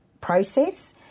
process